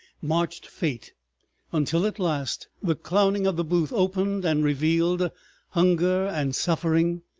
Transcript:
marched fate until at last the clowning of the booth opened and revealed hunger and suffering,